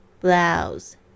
Blouse